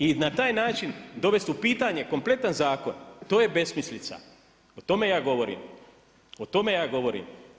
I na taj način dovesti u pitanje kompletan zakon, to je besmislica, o tome ja govorim, o tome ja govorim.